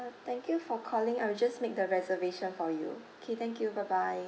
thank you for calling I will just make the reservation for you okay thank you bye bye